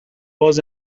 was